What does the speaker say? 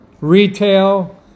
retail